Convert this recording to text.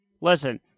Listen